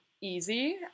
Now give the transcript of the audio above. easy